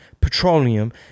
petroleum